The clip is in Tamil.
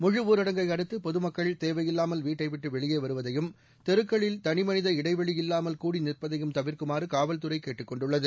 முழுஊரடங்கை அடுத்து பொதுமக்கள் தேவையில்லாமல் வீட்டைவிட்டு வெளியே வருவதையும் தெருக்களில் தனிமனித இடைவெளி இல்லாமல் கூடி நிற்பதையும் தவிர்க்குமாறு காவல்துறை கேட்டுக் கொண்டுள்ளது